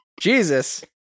Jesus